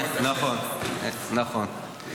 נכון, נכון.